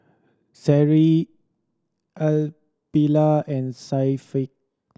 Seri Aqilah and Syafiq